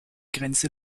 grenze